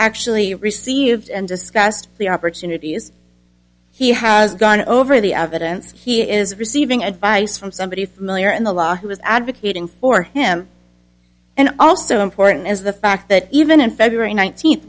actually received and just scratched the opportunities he has gone over the evidence he is receiving advice from somebody familiar in the law who is advocating for him and also important is the fact that even in february nineteenth